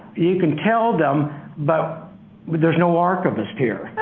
you can tell them but there's no archivist here.